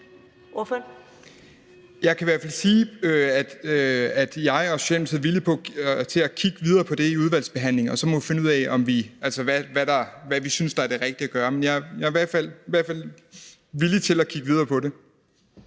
Jeg kan i hvert fald sige, at jeg og Socialdemokratiet er villig til at kigge videre på det i udvalgsbehandlingen, og så må vi finde ud af, hvad vi synes er det rigtige at gøre. Men jeg er i hvert fald villig til at kigge videre på det.